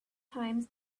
times